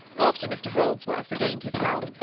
after mr holdsworth regained his health,